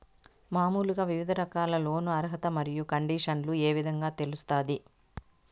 మామూలుగా వివిధ రకాల లోను అర్హత మరియు కండిషన్లు ఏ విధంగా తెలుస్తాది?